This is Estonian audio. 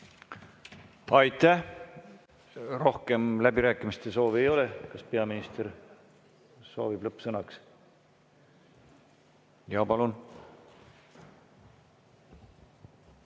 Aitäh! Rohkem läbirääkimiste soovi ei ole. Kas peaminister soovib lõppsõna? Jaa,